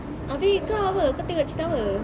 abeh kau apa kau tengok cerita apa